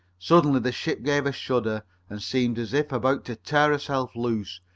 suddenly the ship gave a shudder and seemed as if about to tear herself loose,